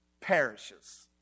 perishes